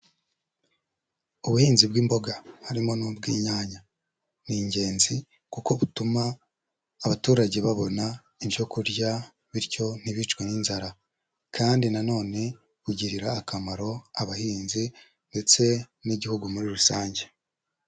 Ubuhinzi bw'imboga harimo n'ubw'inyanya, ni ingenzi kuko butuma abaturage babona ibyo kurya bityo ntibicwe n'inzara, kandi na none bugirira akamaro abahinzi ndetse n'Igihugu muri rusange.